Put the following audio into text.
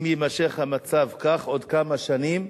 אם יימשך המצב כך עוד כמה שנים,